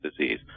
disease